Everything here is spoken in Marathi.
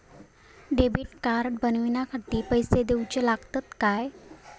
डेबिट कार्ड बनवण्याखाती पैसे दिऊचे लागतात काय?